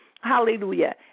hallelujah